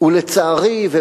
אם היו רוצים באמת,